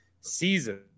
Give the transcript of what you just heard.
season